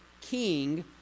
king